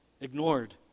ignored